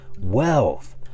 wealth